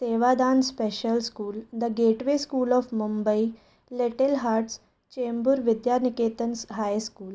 Sevadan Special School The Gateway School of Mumbai Little Hearts Chembur Vidya Niketan High school